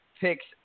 Picks